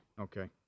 Okay